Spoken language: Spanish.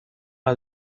sus